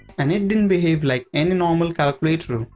and it didn't behave like any normal calculator.